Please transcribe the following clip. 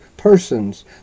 persons